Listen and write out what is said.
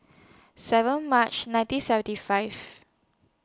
seven March nineteen seventy five